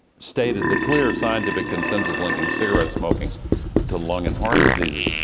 stated the clear signs of a consensus linking cigarette smoking to lung and heart diseases.